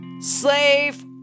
Slave